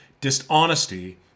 dishonesty